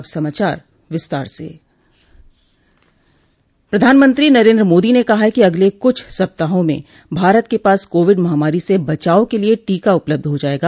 अब समाचार विस्तार से प्रधानमंत्री नरेन्द्र मोदी ने कहा है कि अगले कुछ सप्ताहों में भारत के पास कोविड माहामारी से बचाव के लिए टीका उपलब्ध हो जायेगा